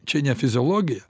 čia ne fiziologija